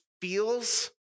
feels